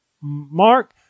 Mark